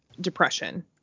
depression